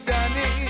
Danny